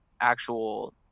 actual